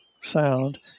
sound